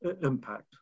impact